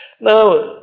Now